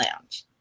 Lounge